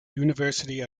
university